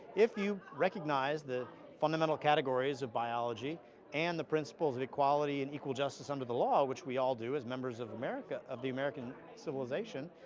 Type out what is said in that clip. if you recognize the fundamental categories of biology and the principles of equality and equal justice under the law which we all do as members of america of the american civilization,